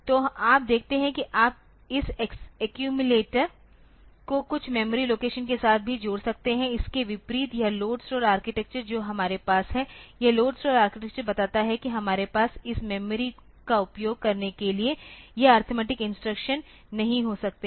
तो आप देखते हैं कि आप इस एक्यूमिलेटर को कुछ मेमोरी लोकेशन के साथ भी जोड़ सकते हैं इसके विपरीत यह लोड स्टोर आर्किटेक्चर जो हमारे पास है यह लोड स्टोर आर्किटेक्चर बताता है कि हमारे पास इस मेमोरी का उपयोग करने के लिए यह अरिथमेटिक इंस्ट्रक्शन नहीं हो सकते हैं